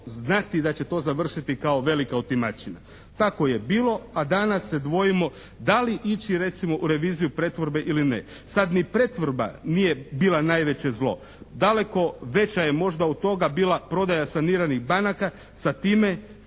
da će to završiti kao velika otimačina. Tako je bilo, a danas se dvojimo da li ići recimo u reviziju pretvorbe ili ne. Sad ni pretvorba nije bila najveće zlo. Daleko veća je možda od toga bila prodaja saniranih banaka sa time